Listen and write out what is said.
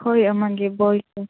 ᱦᱳᱭ ᱚᱱᱟᱜᱮ ᱵᱳᱭ ᱠᱚ